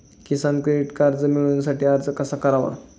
किसान credit card मिळवण्यासाठी अर्ज कसा करावा?